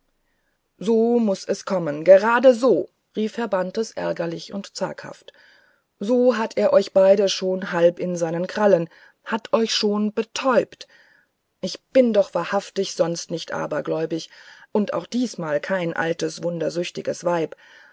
so muß es kommen gerade so rief herr bantes ärgerlich und zaghaft so hat er euch beide schon halb in seinen krallen hat euch schon betäubt ich bin doch wahrhaftig sonst nicht abergläubig und auch diesmal kein altes wundersüchtiges weib